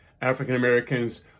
African-Americans